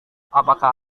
apakah